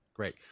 Great